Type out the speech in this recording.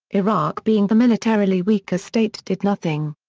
iraq being the militarily weaker state did nothing.